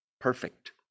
perfect